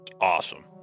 Awesome